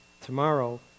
tomorrow